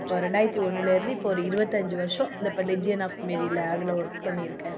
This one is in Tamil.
இப்போ ரெண்டாயிரத்தி ஒன்றுலேருந்து இப்போ ஒரு இருபத்தஞ்சி வருஷம் இப்போ இந்த ரெஜ்ஜியன் ஆஃப் மேரியில் அதில் ஒர்க் பண்ணியிருக்கேன்